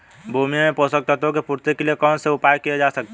भूमि में पोषक तत्वों की पूर्ति के लिए कौन कौन से उपाय किए जा सकते हैं?